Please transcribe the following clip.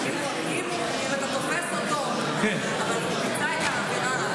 אם אתה תופס אותו אבל הוא ביצע את העבירה,